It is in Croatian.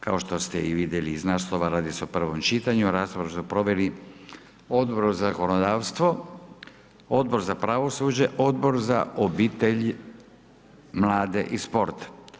Kao što ste i vidjeli iz naslova, radi se u prvom čitanju, a raspravu su proveli Odbor za zakonodavstvo, Odbor za pravosuđe, Odbor za obitelj, mlade i sport.